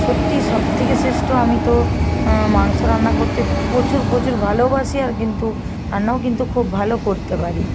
সত্যি সবথেকে শ্রেষ্ঠ আমি তো মাংস রান্না করতে প্রচুর প্রচুর ভালোবাসি আর কিন্তু রান্নাও কিন্তু খুব ভালো করতে পারি